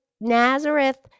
Nazareth